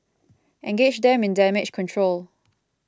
engage them in damage control